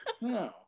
no